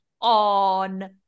on